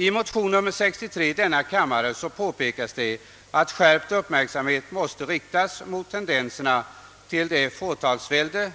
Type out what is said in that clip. I motionen II: 63 påpekas att skärpt uppmärksamhet måste iakttagas mot de tendenser till fåtalsvälde